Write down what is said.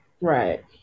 Right